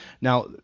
Now